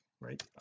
right